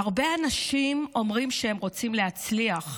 "הרבה אנשים אומרים שהם רוצים להצליח,